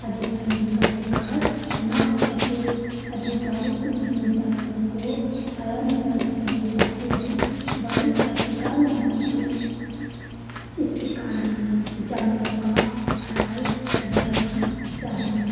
अधिक ठंडी का शिकार न हो सके अधिक बारिश में हमें जानवरों को छाया में रखना चाहिए ताकि अधिक बारिश का शिकार न हो सके इस प्रकार हमें जानवरों का खयाल रखना चाहिए